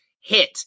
hit